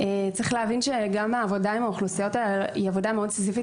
צריך להבין שגם העבודה עם האוכלוסיות האלה היא עובדה מאוד סיזיפית